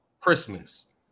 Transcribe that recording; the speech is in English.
christmas